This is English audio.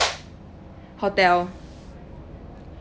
hotel